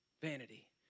vanity